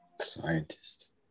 scientist